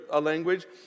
language